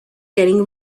getting